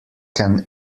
can